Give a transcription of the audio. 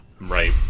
Right